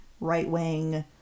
right-wing